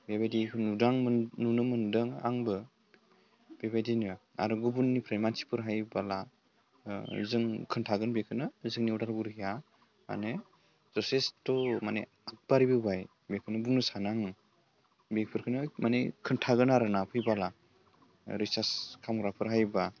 बेबायदिखो गोबां नुनो मोन्दों आंबो बेबायदिनो आरो गुबुननिफ्राय मानसिफोर हायोबोला जों खोन्थागोन बेखोनो जोंनि उदालगुरिया माने जसेस्थ' माने बारायबोबाय बेखौनो बुंनो सानो आङो बेफोरखोनो मानि खोन्थागोन आरो ना फैबोला रिसार्च खालामग्राफोर हायोब्ला